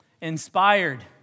inspired